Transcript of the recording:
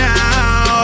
now